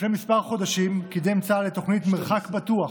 לפני כמה חודשים קידם צה"ל את תוכנית מרחק בטוח,